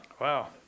Wow